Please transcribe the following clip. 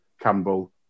Campbell